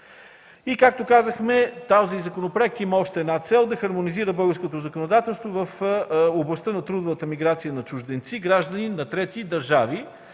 насърчителна мярка. Законопроектът има още една цел – да хармонизира българското законодателство в областта на трудовата миграция на чужденци, граждани на трети държави.